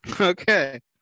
okay